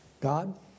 God